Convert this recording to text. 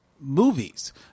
movies